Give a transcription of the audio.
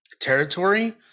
territory